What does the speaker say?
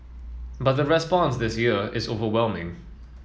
but the response this year is overwhelming